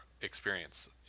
experience